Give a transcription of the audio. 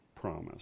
promise